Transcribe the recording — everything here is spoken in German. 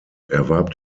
erwarb